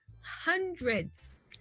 hundreds